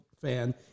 Fan